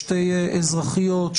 שתי אזרחיות,